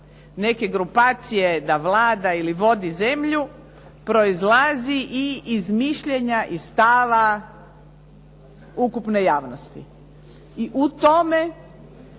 neke grupacije da vlada ili vodi zemlju proizlazi i iz mišljenja i stava ukupne javnosti. I u tome